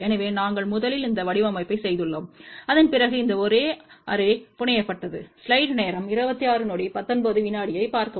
எனவே நாங்கள் முதலில் அந்த வடிவமைப்பைச் செய்துள்ளோம் அதன் பிறகு இந்த அரே புனையப்பட்டது